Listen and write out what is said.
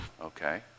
Okay